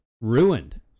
ruined